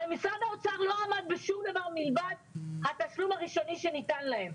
הרי משרד האוצר לא עמד בשום דבר מלבד התשלום הראשוני שניתן להם.